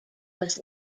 was